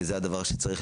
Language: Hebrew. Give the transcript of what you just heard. וזה הדבר שצריך,